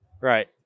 right